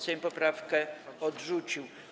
Sejm poprawkę odrzucił.